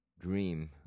dream